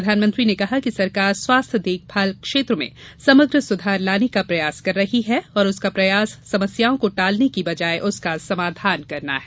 प्रधानमंत्री ने कहा कि सरकार स्वास्थ्य देखभाल क्षेत्र में समग्र सुधार लाने का प्रयास कर रही है और उसका प्रयास समस्याओं को टालने की बजाय उसका समाधान करना है